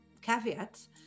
caveats